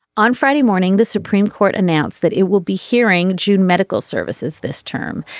on friday morning the supreme court announced that it will be hearing june medical services this term.